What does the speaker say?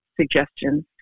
suggestions